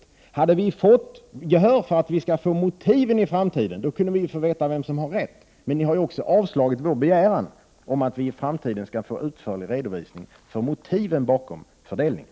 Vi kunde ha fått veta vem som har rätt om utskottet inte hade avstyrkt miljöpartiets begäran om att det i framtiden skall ges en utförlig redovisning av motiven bakom fördelningen.